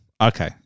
Okay